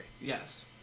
Yes